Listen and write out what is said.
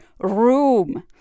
room